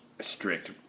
strict